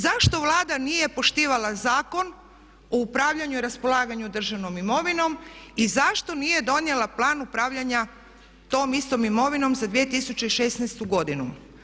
Zašto Vlada nije poštivala Zakon o upravljanju i raspolaganju državnom imovinom i zašto nije donijela Plan upravljanja tom istom imovinom za 2016. godinu?